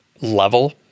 level